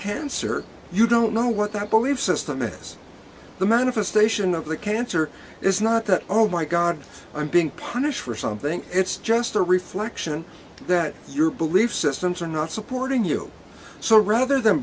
cancer you don't know what that belief system is the manifestation of the cancer is not that oh my god i'm being punished for something it's just a reflection that your belief systems are not supporting you so rather than